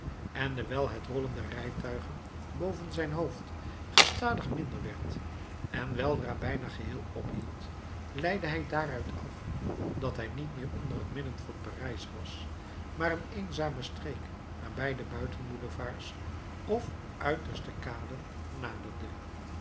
en dewijl het rollen der rijtuigen boven zijn hoofd gestadig minder werd en weldra bijna geheel ophield leidde hij daaruit af dat hij niet meer onder het midden van parijs was maar een eenzame streek nabij de buitenboulevards of uiterste kaden